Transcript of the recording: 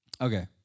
Okay